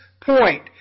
point